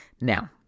Now